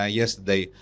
yesterday